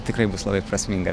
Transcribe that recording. tikrai bus labai prasminga